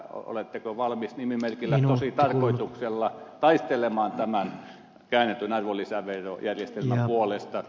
oletteko valmis nimimerkillä tositarkoituksella taistelemaan tämän käännetyn arvonlisäverojärjestelmän puolesta